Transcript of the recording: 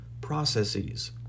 processes